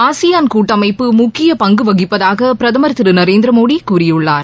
ASEAN கூட்டமைப்பு முக்கிய பங்கு வகிப்பதாக பிரதமர் திரு நரேந்திரமோடி கூழியுள்ளார்